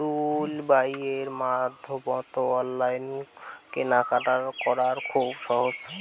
টুলবাইয়ের মাধ্যমত অনলাইন কেনাকাটা করা খুব সোজা